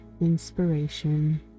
inspiration